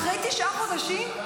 אחרי תשעה חודשים?